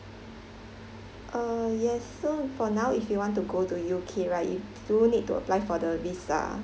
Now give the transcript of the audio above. uh yes so for now if you want to go to U_K right you do need to apply for the visa